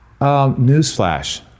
Newsflash